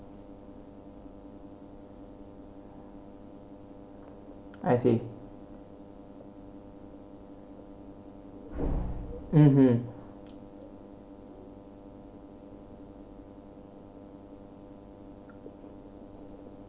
I see mmhmm